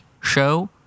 show